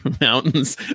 mountains